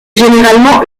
généralement